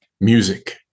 music